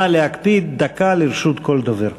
נא להקפיד, דקה לרשות כל דובר.